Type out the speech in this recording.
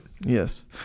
Yes